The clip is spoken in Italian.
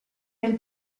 nel